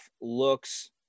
looks